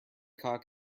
cock